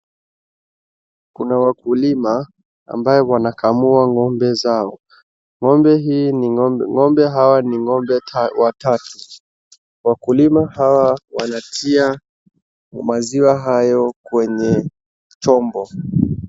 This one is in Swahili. Kuna wakulima ambao wanakamua ng'ombe zao. Ng'ombe hawa ni ng'ombe watatu. Wakulima hawa wanatia maziwa hayo kwenye chombo.